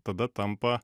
tada tampa